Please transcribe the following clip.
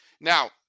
Now